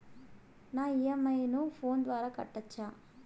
నా ఇ.ఎం.ఐ ను ఫోను ద్వారా కట్టొచ్చా?